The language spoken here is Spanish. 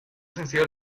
sencillo